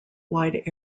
wide